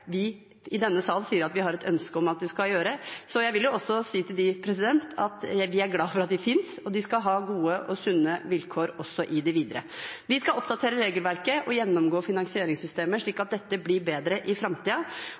vi i denne sal sier vi har et ønske om at man skal gjøre. Så jeg vil også si til dem at vi er glade for at de finnes, og de skal ha gode og sunne vilkår også i det videre. Vi skal oppdatere regelverket og gjennomgå finansieringssystemet slik at dette blir bedre i